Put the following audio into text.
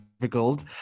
difficult